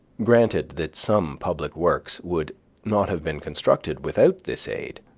granted that some public works would not have been constructed without this aid,